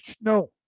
no